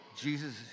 Jesus